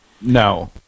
No